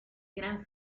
gran